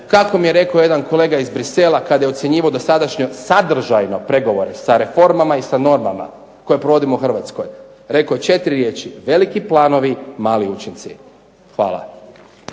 kao mi je rekao jedan kolega iz Bruxellesa kada je ocjenjivao sadržajno pregovore sa reformama i sa normama koje provodimo u Hrvatskoj, rekao je četiri riječi, veliki planovi mali učinci. Hvala.